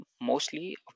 mostly